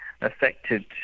affected